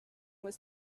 was